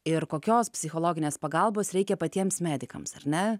ir kokios psichologinės pagalbos reikia patiems medikams ar ne